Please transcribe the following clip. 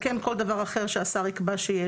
וכן כל דבר אחר שהשר יקבע.